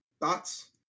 Thoughts